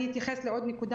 אני אתייחס לעוד נקודה,